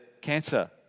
cancer